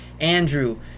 andrew